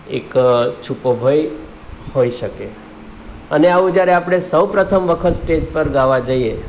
એક છુપો ભય હોય શકે અને આવું જ્યારે આપણે સૌ પ્રથમ વખત સ્ટેજ પર ગાવા જઈએ